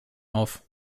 auf